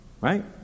Right